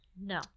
No